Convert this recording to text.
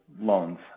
loans